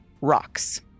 rocks